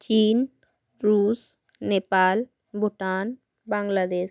China Russia Nepal Bhutan Bangladesh